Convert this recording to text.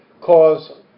cause